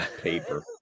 paper